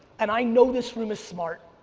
and i know this room is smart.